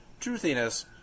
truthiness